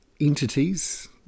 entities